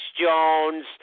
Jones